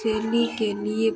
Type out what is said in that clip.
शैली के लिए